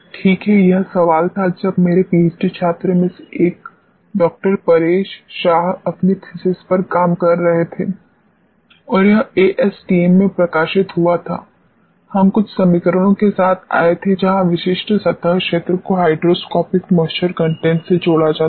ठीक है यह सवाल था जब मेरे पीएचडी छात्र में से एक डॉ परेश शाह अपनी थीसिस पर काम कर रहे थे और यह एएसटीएम में प्रकाशित हुआ था हम कुछ समीकरणों के साथ आए थे जहां विशिष्ट सतह क्षेत्र को हाइड्रोस्कोपिक मॉइस्चर कंटेंट से जोड़ा जाता है